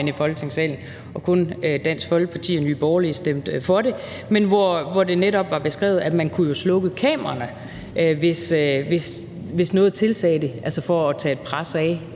i Folketingssalen – kun Dansk Folkeparti og Nye Borgerlige stemte for det – hvor det netop var beskrevet, at man jo kunne slukke kameraerne, hvis noget tilsagde det, altså for at tage et pres af